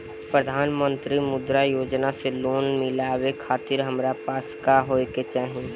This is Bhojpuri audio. प्रधानमंत्री मुद्रा योजना से लोन मिलोए खातिर हमरा पास का होए के चाही?